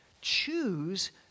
choose